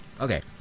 okay